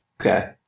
Okay